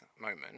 moment